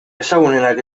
ezagunenak